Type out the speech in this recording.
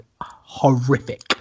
horrific